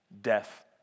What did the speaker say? death